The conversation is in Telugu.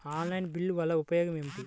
ఆన్లైన్ బిల్లుల వల్ల ఉపయోగమేమిటీ?